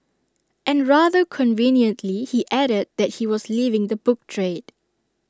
and rather conveniently he added that he was leaving the book trade